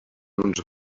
uns